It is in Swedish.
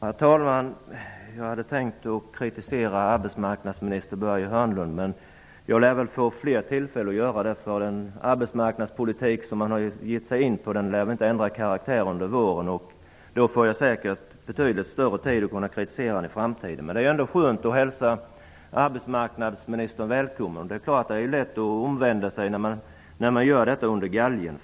Herr talman! Jag hade tänkt att kritisera arbetsmarknadsminister Börje Hörnlund, men jag lär väl få fler tillfällen att göra det. Den arbetsmarknadspolitik som han har gett sig in på lär väl inte ändra karaktär under våren. Jag får säkert betydligt mer tid att kritisera den i framtiden. Det är ändå skönt att kunna hälsa arbetsmarknadsministern välkommen. Det är ju lätt att omvända sig under galgen.